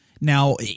Now